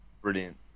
brilliant